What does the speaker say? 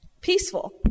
peaceful